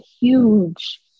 huge